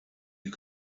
you